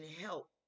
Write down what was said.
help